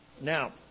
Now